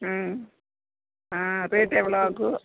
ம் ஆ ரேட்டு எவ்வளோ ஆகும்